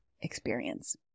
experience